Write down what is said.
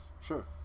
Sure